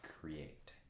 create